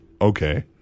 okay